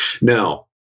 Now